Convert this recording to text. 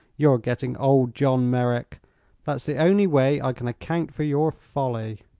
you're getting old, john merrick that's the only way i can account for your folly.